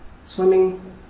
swimming